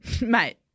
Mate